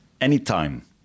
anytime